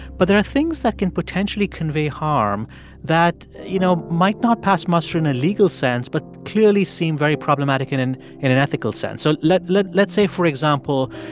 but there are things that can potentially convey harm that, you know, might not pass muster in a legal sense but clearly seem very problematic in and in an ethical sense. so let's let's say, for example,